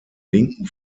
linken